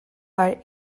are